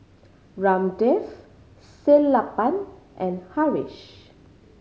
Ramdev Sellapan and Haresh